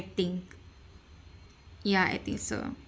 think ya I think so